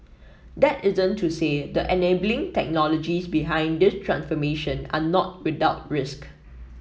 that isn't to say the enabling technologies behind this transformation are not without risk